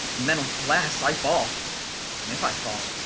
and then alas i fall, and if i fall,